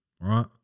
right